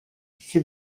iki